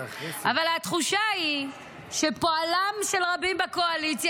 אבל התחושה היא שפועלם של רבים בקואליציה